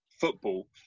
football